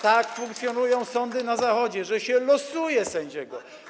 Tak funkcjonują sądy na Zachodzie, że się losuje sędziego.